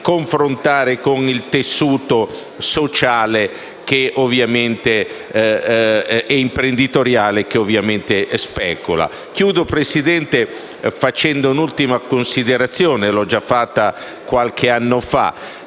confrontare con il tessuto sociale ed imprenditoriale che purtroppo specula. Concludo, signora Presidente, facendo un'ultima considerazione che ho già fatto qualche anno fa.